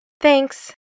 Thanks